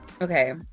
okay